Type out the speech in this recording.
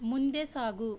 ಮುಂದೆ ಸಾಗು